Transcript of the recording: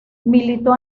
militó